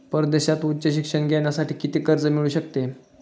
परदेशात उच्च शिक्षण घेण्यासाठी किती कर्ज मिळू शकते?